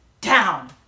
down